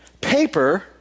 Paper